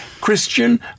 Christian